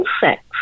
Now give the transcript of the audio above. sex